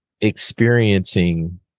experiencing